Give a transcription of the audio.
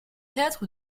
théâtre